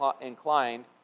inclined